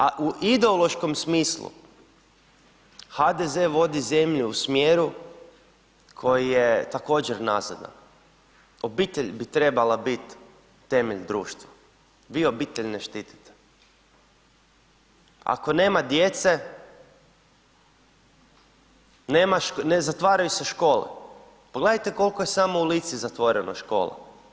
A u ideološkom smislu HDZ vodi zemlju u smjeru koji je također nazadan, obitelj bi trebala bit temelj društva, vi obitelj ne štitite, ako nema djece ne zatvaraju se škole, pogledajte kolko je samo u Lici zatvoreno škola.